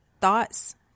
thoughts